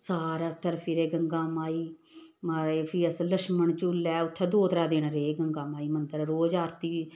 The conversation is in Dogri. सारे उद्धर फिरे गंगा माई महाराज फ्ही अस लछमन झूल ऐ उत्थै दो त्रै दिन रेह् गंगा माई मंदर रोज आरती